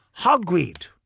hogweed